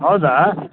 ಹೌದಾ